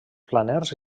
planers